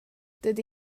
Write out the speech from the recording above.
dydy